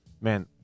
man